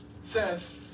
says